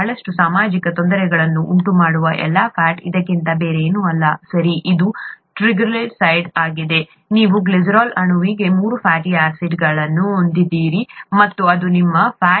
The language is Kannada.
ಬಹಳಷ್ಟು ಸಾಮಾಜಿಕ ತೊಂದರೆಗಳನ್ನು ಉಂಟುಮಾಡುವ ಎಲ್ಲಾ ಫ್ಯಾಟ್ ಇದಕ್ಕಿಂತ ಬೇರೇನೂ ಅಲ್ಲ ಸರಿ ಇದು ಟ್ರೈಗ್ಲಿಸರೈಡ್ ಆಗಿದೆ ನೀವು ಗ್ಲಿಸರಾಲ್ ಅಣುವಿಗೆ ಮೂರು ಫ್ಯಾಟಿ ಆಸಿಡ್ಗಳನ್ನು ಹೊಂದಿದ್ದೀರಿ ಮತ್ತು ಅದು ನಿಮ್ಮ ಫ್ಯಾಟ್